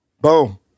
Boom